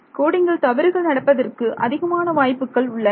கோடிங்கில் தவறுகள் நடப்பதற்கு அதிகமான வாய்ப்புகள் உள்ளன